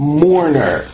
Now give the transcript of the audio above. mourner